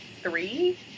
three